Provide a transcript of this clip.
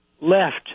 left